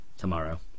tomorrow